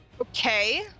Okay